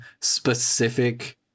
specific